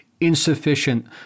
insufficient